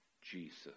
Jesus